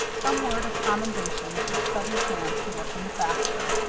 some word of commendation that set his hands to working the faster,